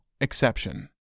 exception